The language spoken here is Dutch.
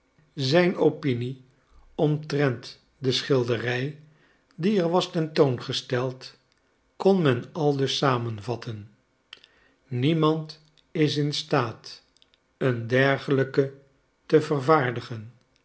zijn opinie omtrent de schilderij die er was tentoongesteld kon men aldus samenvatten niemand is in staat een dergelijke te vervaardigen